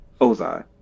Ozai